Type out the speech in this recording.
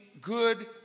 good